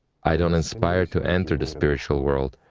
i don't aspire to enter the spiritual world,